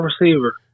receiver